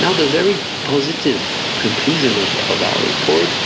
and the very positive conclusion of of our report